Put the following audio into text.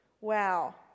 wow